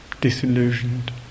disillusioned